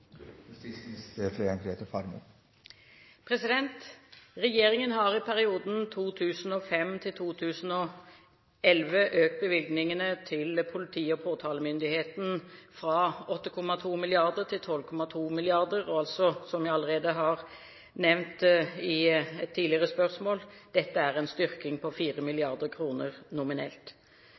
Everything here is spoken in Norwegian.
Regjeringen har i perioden 2005–2011 økt bevilgningene til politi og påtalemyndighet fra 8,2 mrd. kr til 12,2 mrd., som jeg allerede har nevnt i et tidligere spørsmål. Dette er en styrking på 4 mrd. kr nominelt.